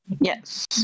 Yes